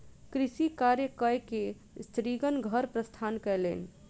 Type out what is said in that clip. कृषि कार्य कय के स्त्रीगण घर प्रस्थान कयलैन